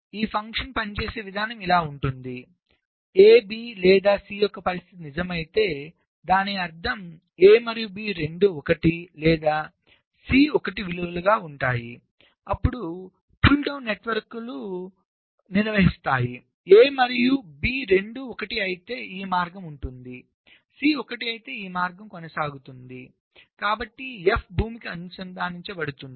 ఈ ఫంక్షన్ పనిచేసే విధానం ఇలా ఉంటుంది ab లేదా c యొక్క పరిస్థితి నిజమైతే దాని అర్థం a మరియు b రెండూ 1 లేదా c 1 విలువల గా ఉంటాయి అప్పుడు పుల్ డౌన్ నెట్వర్క్లు నిర్వహిస్తాయి a మరియు b రెండూ 1 అయితే ఈ మార్గం ఉంటుంది c 1 అయితే ఈ మార్గం కొనసాగుతుంది కాబట్టి f భూమికి అనుసంధానించబడుతుంది